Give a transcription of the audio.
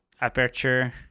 aperture